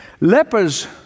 Lepers